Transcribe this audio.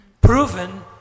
proven